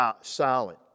solid